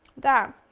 that